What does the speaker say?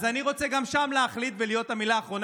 אז אני רוצה גם שם להחליט ולהיות המילה האחרונה.